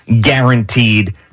guaranteed